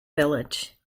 village